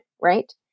Right